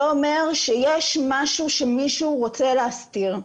זה אומר שיש משהו שמישהו רוצה להסתיר.